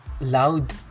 loud